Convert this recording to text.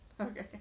Okay